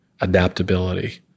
adaptability